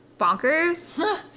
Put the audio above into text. bonkers